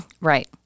right